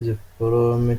dipolome